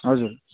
हजुर